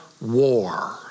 war